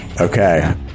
Okay